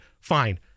fine